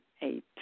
eight